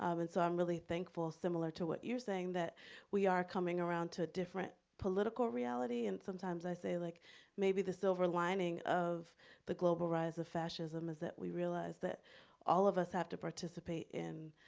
and so, i'm really thankful, similar to what you're saying, that we are coming around to a different political reality and sometimes i say like maybe the silver lining of the global rise of fascism is that we realize that all of us have to participate in